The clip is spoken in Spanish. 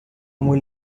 muy